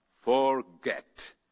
forget